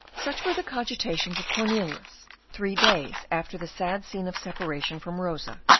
such were the cogitations of cornelius three days after the sad scene of separation from rosa,